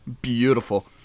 beautiful